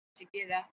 together